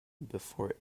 before